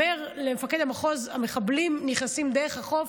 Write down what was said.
אומר למפקד המחוז שהמחבלים נכנסים דרך החוף,